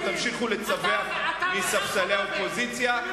ותמשיכו לצווח מספסלי האופוזיציה,